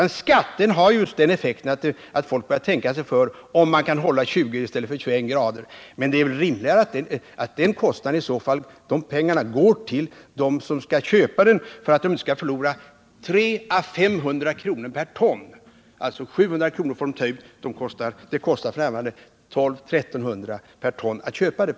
En skatt har just den effekten att folk börjar tänka sig för om de kan hålla 20 grader i stället för 21. Men det är väl rimligare att de pengarna går till dem som skall köpa in olja — för att de inte skall förlora mellan 300 och 500 kr. per ton. De får ju ta ut 700 kr. medan oljan f. n. kostar mellan 1 200 och 1 300 kr. per ton på marknaden.